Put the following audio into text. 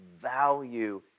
value